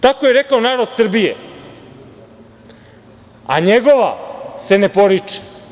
Tako je rekao narod Srbije, a njegova se ne poriče.